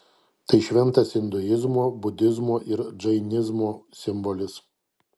tai šventas induizmo budizmo ir džainizmo simbolis